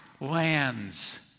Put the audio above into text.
lands